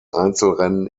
einzelrennen